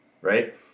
Right